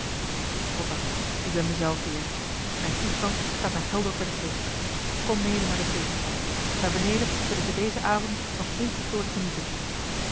goddank ik ben mij zelf weer mijn toestand staat mij helder voor den geest kom mede naar de feestzaal daar beneden zullen ze dezen avond nog ongestoord genieten